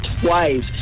twice